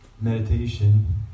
meditation